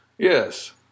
Yes